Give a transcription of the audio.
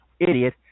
idiot